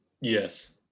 yes